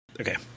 Okay